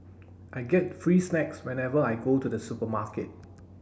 I get free snacks whenever I go to the supermarket